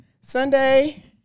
sunday